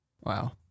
Wow